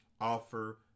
offer